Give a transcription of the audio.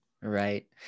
Right